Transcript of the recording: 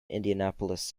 indianapolis